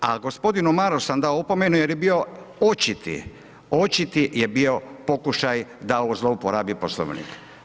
Ali gospodinu Marasu sam dao opomenu jer je bio očiti, očiti je bio pokušaj da zlouporabi Poslovnik.